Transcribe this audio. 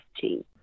team